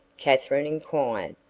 katherine inquired.